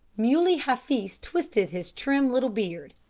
muley hafiz twisted his trim little beard.